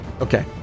Okay